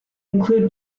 include